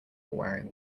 wearing